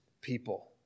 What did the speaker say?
people